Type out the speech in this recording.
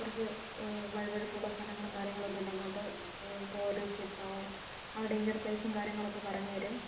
കുറച്ച് വഴുവഴുപ്പുള്ള സ്തലങ്ങളും കാര്യങ്ങളും ഒക്കെ ഉണ്ട് അങ്ങോട്ട് പോവരുത് സ്ലിപ്പ് ആവും അങ്ങനെ ഡേൻജർ പ്ലെയിസും കാര്യങ്ങളൊക്കെ പറഞ്ഞ് തരും